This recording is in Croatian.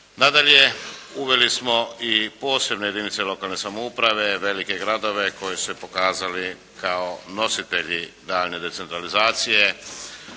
Nadalje, uveli smo i posebne jedinice lokalne samouprave, velike gradove koji su se pokazali kao nositelji daljnje decentralizacije.